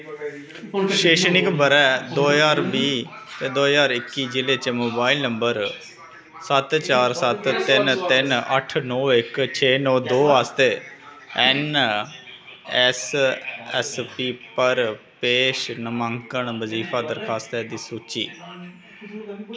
शैक्षणिक ब'रे दो ज्हार बीह् ते दो ज्हार इक्की जि'ले च मोबाइल नंबर सत्त चार सत्त तिन्न तिन्न अट्ठ नौ इक छे नौ दो आस्तै ऐन्न ऐस्स ऐस्स पी पर पेश नमांकरण बजीफा दरखास्तें दी सूची